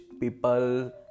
people